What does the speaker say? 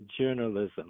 journalism